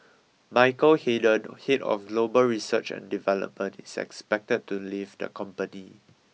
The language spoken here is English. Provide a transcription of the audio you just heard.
Michael Hayden head of global research and development is expected to leave the company